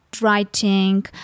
writing